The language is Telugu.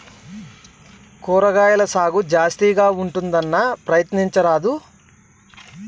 కూరగాయల సాగు జాస్తిగా ఉంటుందన్నా, ప్రయత్నించరాదూ